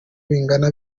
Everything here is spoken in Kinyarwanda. bingana